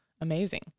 amazing